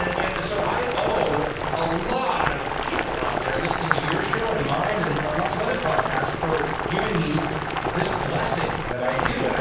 and and so i owe a lot of people out there listening to your show and mine and lots of other podcasts for giving me this blessing that i do. and